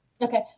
okay